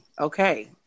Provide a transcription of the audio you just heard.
Okay